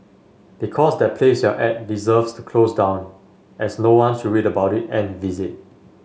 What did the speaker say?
because that place you're at deserves to close down as no one should read about it and visit